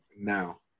now